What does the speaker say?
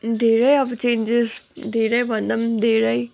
धेरै अब चेन्जेस धेरैभन्दा पनि धेरै